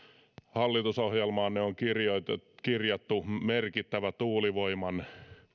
hallitusohjelmaanne on kirjattu merkittävä tuulivoiman